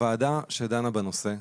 הוועדה שדנה בנושא,